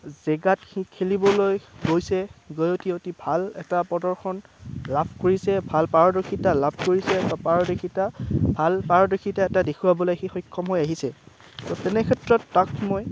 জেগাত সি খেলিবলৈ গৈছে গৈ উঠি অতি ভাল এটা প্ৰদৰ্শন লাভ কৰিছে ভাল পাৰদৰ্শিতা লাভ কৰিছে পাৰদৰ্শিতা ভাল পাৰদৰ্শিতা এটা দেখুৱাবলৈ সি সক্ষম হৈ আহিছে তো তেনে ক্ষেত্ৰত তাক মই